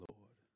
Lord